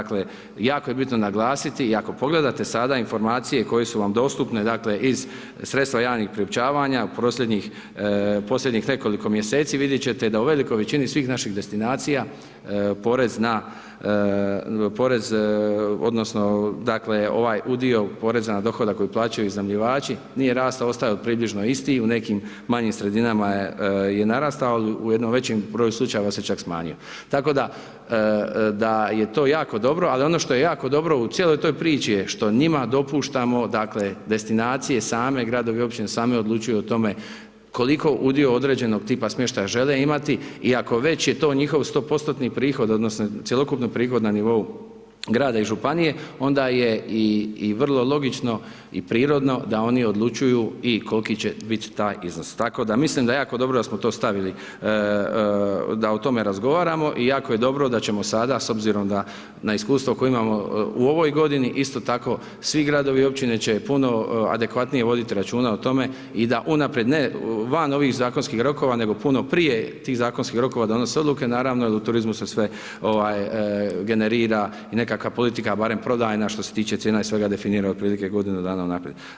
Dakle, jako je bitno naglasiti i ako pogledate sada informacije koje su vam dostupne, dakle, iz sredstva javnih priopćavanja posljednjih nekoliko mjeseci, vidjet ćete da u velikoj većini svih naših destinacija, dakle, ovaj udio poreza na dohodak koji plaćaju iznajmljivači nije rastao, ostao je približno isti i u nekim manjim sredinama je narastao, al u jednom većem broju slučajeva se čak smanjio, tako da je to jako dobro, ali ono što je jako dobro u cijeloj toj priči je što njima dopuštamo, dakle, destinacije same, gradovi i općine same odlučuju o tome koliko udio određenog tipa smještaja žele imati i ako već to je njihov 100%-tni prihod odnosno cjelokupni prihod na nivou grada i županije, onda je i vrlo logično i prirodno da oni odlučuju i koliki će bit taj iznos, tako da mislim da je jako dobro da smo to stavili da o tome razgovaramo i jako je dobro da ćemo sada s obzirom da na iskustvo koje imamo u ovoj godini, isto tako svi gradovi i općine će puno adekvatnije voditi računa o tome i da unaprijed ne, van ovih zakonskih rokova, nego puno prije tih zakonskih rokova, donose odluke, naravno i u turizmu se sve generira i nekakva politika barem prodajna što se tiče cijena je svega definirana otprilike godinu dana unaprijed.